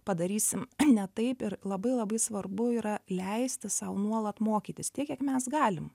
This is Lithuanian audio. padarysim ne taip ir labai labai svarbu yra leisti sau nuolat mokytis tiek kiek mes galim